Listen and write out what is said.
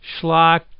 schlock